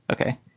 okay